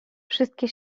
wszystkie